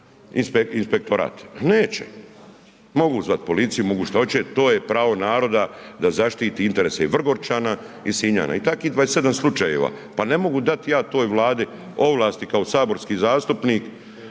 inspektorat. Pa neće. mogu zvat policiju, mogu šta oće, to je pravo naroda da zaštiti interese Vrgorčana i Sinjana i takvih 27 slučajeva, pa ne mogu dati ja to toj Vladi ovlasti kao saborski zastupnik